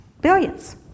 Billions